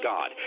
God